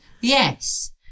Yes